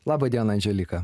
laba diena andželika